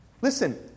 Listen